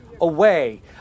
away